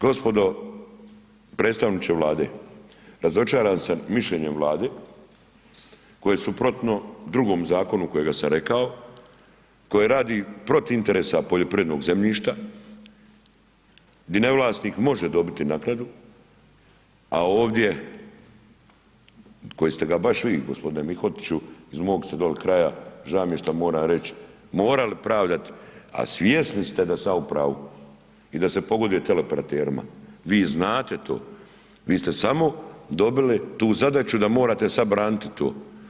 Gospodo, predstavniče Vlade, razočaran sam mišljenjem Vlade koje je suprotno drugom zakonu kojega sam rekao, koje radi protiv interesa poljoprivrednog zemljišta, di ne vlasnik može dobiti naknadu a ovdje koji ste ga baš vi g. Mihotić, iz mog ste dolje kraja, žao mi je šta moram reći, morali pravdati a svjesni ste da sam ja u pravu i da se pogoduje teleoperaterima, vi znate to, vi ste samo dobili tu zadaću da morate sad braniti to.